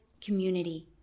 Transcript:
community